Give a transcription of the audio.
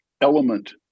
Element